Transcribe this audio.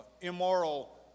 immoral